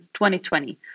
2020